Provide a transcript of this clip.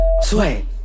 sway